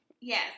Yes